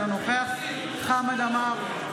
אינו נוכח חמד עמאר,